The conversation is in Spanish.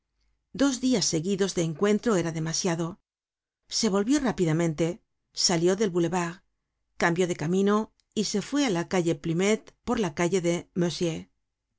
dos dias seguidos de encuentro era demasiado se volvió rápidamente salió del boulevard cambió de camino y se fué á la calle plumet por la calle de